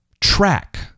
track